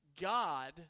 God